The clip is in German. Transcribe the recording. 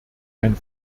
ein